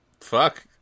fuck